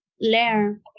learn